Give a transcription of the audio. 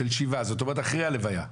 של השבעה, זאת אומרת אחרי הלוויה?